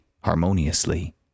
harmoniously